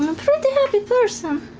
i'm a pretty happy person.